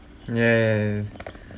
yes